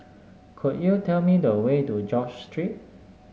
could you tell me the way to George Street